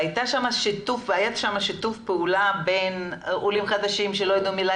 והיה שם שיתוף פעולה בין עולים חדשים שלא ידעו מילה